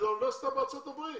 זאת אוניברסיטה בארצות הברית.